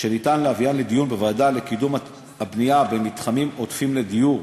שניתן להביאן לדיון בוועדה לקידום הבנייה במתחמים מועדפים לדיור,